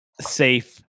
safe